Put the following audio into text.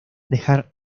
dejar